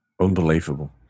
Unbelievable